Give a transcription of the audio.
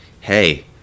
hey